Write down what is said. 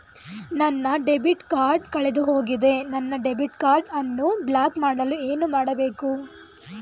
ನನ್ನ debit card ಕಳೆದುಹೋಗಿದೆ ನನ್ನ ಡೆಬಿಟ್ ಕಾರ್ಡ್ ಅನ್ನು ಬ್ಲಾಕ್ ಮಾಡಲು ಏನು ಮಾಡಬೇಕು?